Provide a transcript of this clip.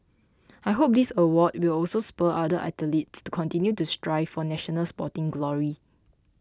I hope this award will also spur other athletes to continue to strive for national sporting glory